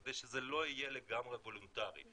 כדי שזה לא יהיה לגמרי וולונטרי.